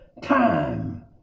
Time